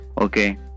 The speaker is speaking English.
Okay